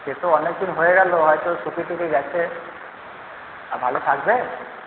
সে তো অনেক দিন হয়ে গেল হয়তো শুকিয়ে টুকিয়ে গেছে আর ভালো থাকবে